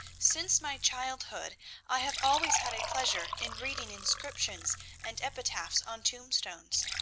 since my childhood i have always had a pleasure in reading inscriptions and epitaphs on tombstones.